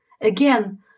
Again